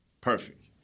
perfect